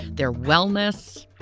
their wellness,